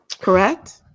Correct